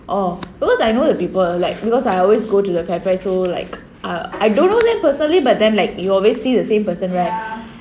orh because I know the people like because I always go to the FairPrice so like err I don't know them